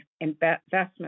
investment